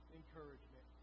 encouragement